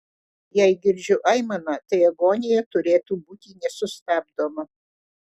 jei girdžiu aimaną tai agonija turėtų būti nesustabdoma